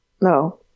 no